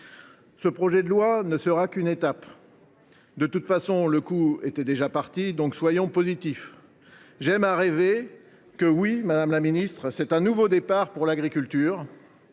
Ce projet de loi ne sera qu’une étape. De toute façon, le coup était déjà parti, alors soyons positifs ! J’aime à rêver, madame la ministre, qu’il s’agit d’un nouveau départ pour l’agriculture,